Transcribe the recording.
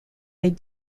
les